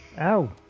ow